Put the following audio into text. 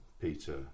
Peter